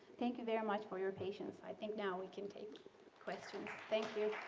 thank you very much for your patience i think now we can take questions. thank you.